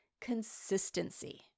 consistency